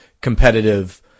competitive